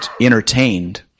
entertained